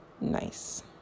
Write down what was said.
Nice